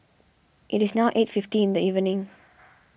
it is now eight fifty in the evening